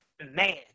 man